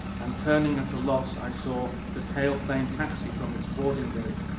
and turning at a loss, i saw the tailplane taxi from its boarding gate.